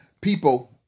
people